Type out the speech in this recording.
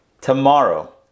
Tomorrow